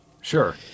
Sure